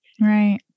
Right